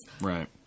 Right